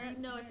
no